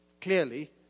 clearly